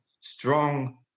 strong